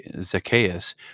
Zacchaeus